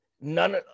none